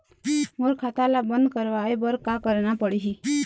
मोर खाता ला बंद करवाए बर का करना पड़ही?